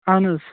اَہَن حظ